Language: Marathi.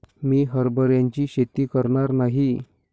मी हरभऱ्याची शेती करणार नाही